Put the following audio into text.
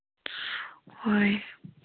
ꯍꯣꯏ